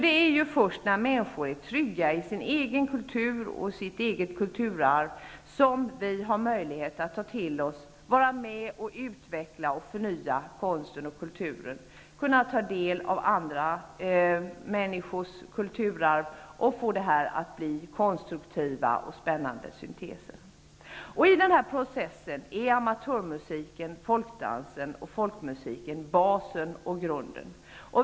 Det är först när människor är trygga i sitt eget kulturarv som de kan vara med och utveckla och förnya konsten och kulturen, kan ta del av andra människors kulturarv och kan skapa konstruktiva och spännande synteser. I den processen är amatörmusiken, folkdansen och folkmusiken basen.